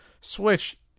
Switch